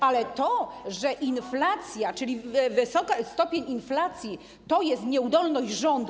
Ale to, że inflacja, czyli wysoki stopień inflacji, to jest nieudolność rządu.